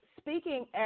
speaking